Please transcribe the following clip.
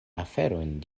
aferojn